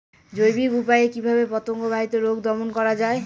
জৈবিক উপায়ে কিভাবে পতঙ্গ বাহিত রোগ দমন করা যায়?